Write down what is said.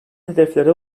hedeflere